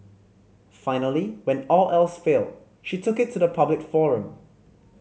finally when all else failed she took it to the public forum